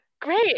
great